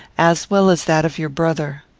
as well as that of your brother.